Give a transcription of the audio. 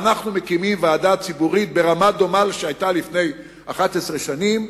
אנחנו מקימים ועדה ציבורית ברמה דומה לזו שהיתה לפני 11 שנים,